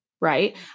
right